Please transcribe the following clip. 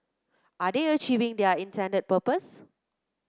are they achieving their intended purpose